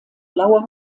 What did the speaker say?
blauer